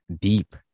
deep